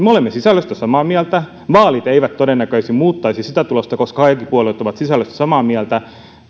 me olemme sisällöstä samaa mieltä vaalit eivät todennäköisesti muuttaisi sitä tulosta koska kaikki puolueet ovat sisällöstä samaa mieltä